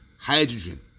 hydrogen